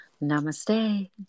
namaste